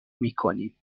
میکنیم